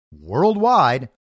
worldwide